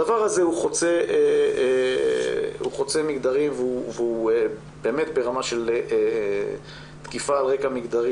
הדבר הזה הוא חוצה מגדרים והוא באמת ברמה של תקיפה על רקע מגדרי.